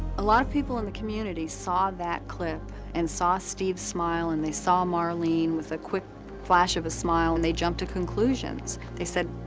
a lot of people in the community saw that clip and saw steve's smile and they saw marlene with a quick flash of a smile, and they jumped to conclusions. they said,